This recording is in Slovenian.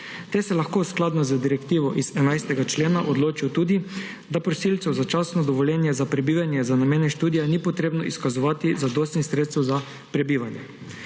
Te se lahko skladno z direktivo iz 11. člena odločijo tudi, da prosilcev začasno dovoljenje za prebivanje za namene študija ni potrebno izkazovati zadostnih sredstev za prebivanje.